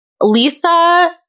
Lisa